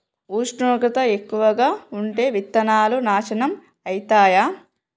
ఉష్ణోగ్రత ఎక్కువగా ఉంటే విత్తనాలు నాశనం ఐతయా?